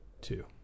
two